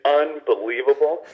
unbelievable